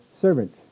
servant